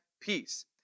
peace